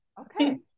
Okay